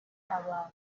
abantu